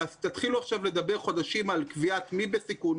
תתחילו עכשיו לדבר חודשים על קביעת מי בסיכון,